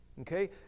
okay